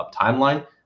timeline